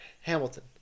Hamilton